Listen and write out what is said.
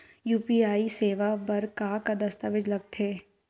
UPI सेवा बर का का दस्तावेज लगथे?